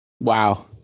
Wow